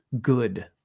good